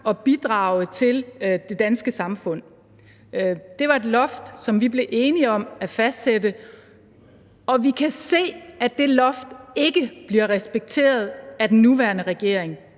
og bidrage til det danske samfund. Det var et loft, som vi blev enige om at fastsætte, og vi kan se, at det loft ikke bliver respekteret af den nuværende regering.